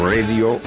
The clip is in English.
Radio